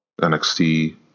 NXT